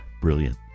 brilliant